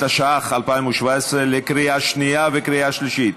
התשע"ח 2017, לקריאה שנייה וקריאה שלישית.